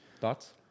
Thoughts